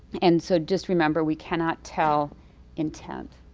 and so just remember, we cannot tell intent,